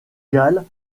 galles